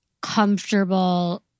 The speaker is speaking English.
comfortable